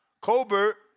Colbert